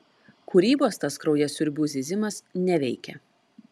kūrybos tas kraujasiurbių zyzimas neveikia